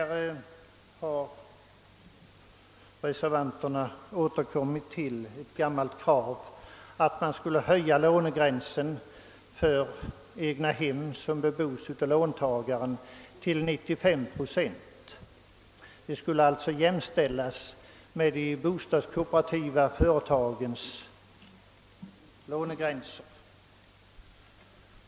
Reservanterna har återkommit till ett gammalt krav, att lånegränsen för egnahem som bebos av låntagaren skulle höjas till 95 procent. Egnahemsägare skulle alltså i det avseendet jämställas med de bostadskooperativa företagen.